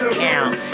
count